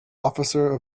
officer